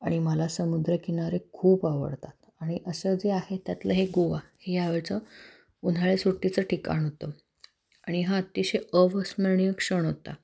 आणि मला समुद्रकिनारे खूप आवडतात आणि असं जे आहे त्यातलं हे गोवा हे यावेळेचं उन्हाळ्यात सुट्टीचं ठिकाण होतं आणि हा अतिशय अविस्मरणीय क्षण होता